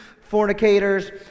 fornicators